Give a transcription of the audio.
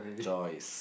Joyce